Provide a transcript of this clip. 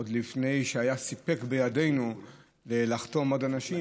עוד לפני שהיה סיפק בידינו להחתים עוד אנשים,